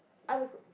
other co~